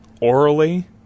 orally